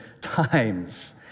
times